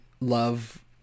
love